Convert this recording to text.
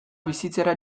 bizitzera